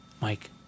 Mike